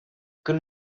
good